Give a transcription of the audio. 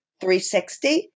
360